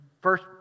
first